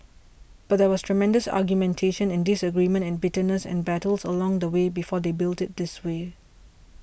but there was tremendous argumentation and disagreement and bitterness and battles along the way before they built it this way